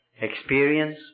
experience